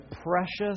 precious